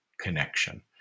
connection